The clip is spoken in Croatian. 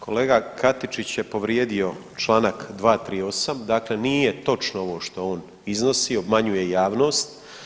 Kolega Katičić je povrijedio Članak 238., dakle nije točno ovo što on iznosi, obmanjuje javnost.